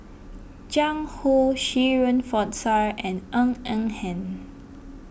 Jiang Hu Shirin Fozdar and Ng Eng Hen